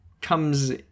comes